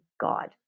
God